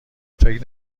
فکر